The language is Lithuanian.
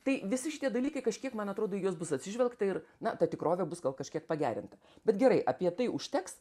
tai visi šitie dalykai kažkiek man atrodo į juos bus atsižvelgta ir na ta tikrovė bus gal kažkiek pagerinta bet gerai apie tai užteks